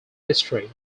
history